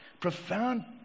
profound